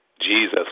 Jesus